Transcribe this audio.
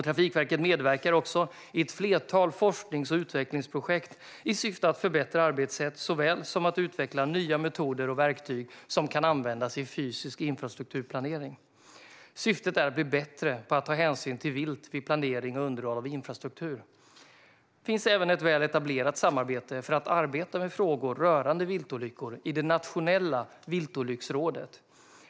Trafikverket medverkar också i ett flertal forsknings och utvecklingsprojekt i syfte att förbättra arbetssätt såväl som att utveckla nya metoder och verktyg som kan användas i fysisk infrastrukturplanering. Syftet är att bli bättre på att ta hänsyn till vilt vid planering och underhåll av infrastruktur. Det finns även ett väl etablerat samarbete för att arbeta med frågor rörande viltolyckor i Nationella Viltolycksrådet.